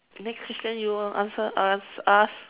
next question you want to answer ask ask